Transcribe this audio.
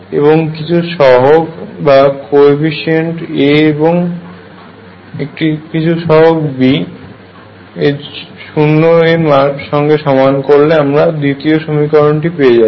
এবং কিছু সহগ A এবং কিছু সহগ B শূন্য এর সঙ্গে সমান করলে আমরা দ্বিতীয় সমীকরণটি পেয়ে যাব